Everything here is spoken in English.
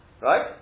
Right